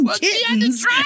kittens